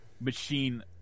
machine